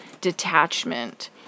detachment